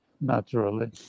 naturally